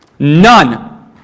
None